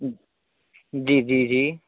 جی جی جی